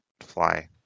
fly